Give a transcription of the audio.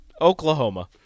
Oklahoma